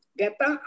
gata